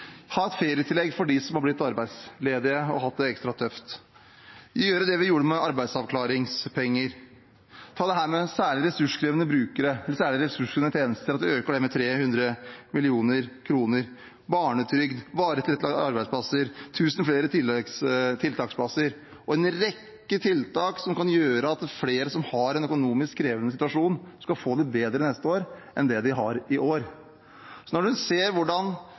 ha et ferietillegg for dem som er blitt arbeidsledige og har hatt det ekstra tøft gjøre det vi gjorde med arbeidsavklaringspenger øke med 300 mill. kr til særlig ressurskrevende tjenester I tillegg kommer barnetrygd, varig tilrettelagte arbeidsplasser, 1 000 flere tiltaksplasser og en rekke tiltak som kan gjøre at flere som har en økonomisk krevende situasjon, skal få det bedre neste år enn det de har i år. Så når man ser hvordan